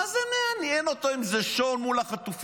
מה זה מעניין אותו אם זה שו"ן מול החטופים?